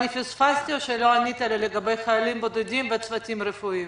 אני פספסתי או שלא ענית לי לגבי החיילים הבודדים והצוותים הרפואיים?